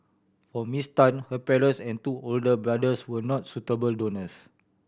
for Miss Tan her parents and two older brothers were not suitable donors